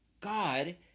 God